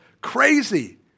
crazy